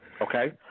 Okay